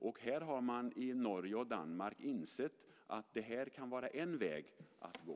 I Norge och Danmark har man insett att det här kan vara en väg att gå.